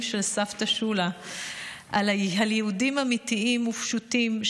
של סבתא שולה על יהודים אמיתיים ופשוטים,